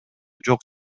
жок